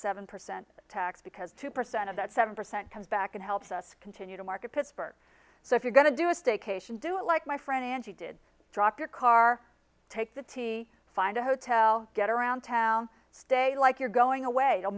seven percent tax because two percent of that seven percent comes back and helps us continue to market pittsburgh so if you're going to do a staycation do it like my friend and she did drop your car take the t v find a hotel get around town stay like you're going away